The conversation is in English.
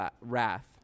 wrath